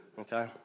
Okay